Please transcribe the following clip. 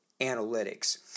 Analytics